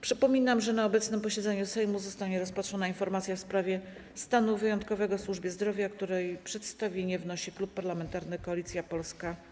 Przypominam, że na obecnym posiedzeniu Sejmu zostanie rozpatrzona informacja w sprawie stanu wyjątkowego w służbie zdrowia, o której przedstawienie wnosi Klub Parlamentarny Koalicja Polska.